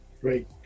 Great